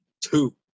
two